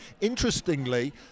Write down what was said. Interestingly